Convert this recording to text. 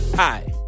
Hi